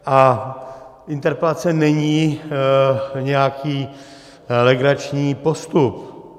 A interpelace není nějaký legrační postup.